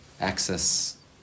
access